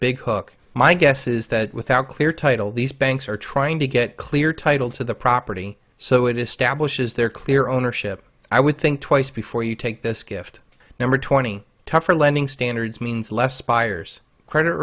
big hook my guess is that without clear title these banks are trying to get clear title to the property so it establishes their clear ownership i would think twice before you take this gift number twenty tougher lending standards means less buyers credit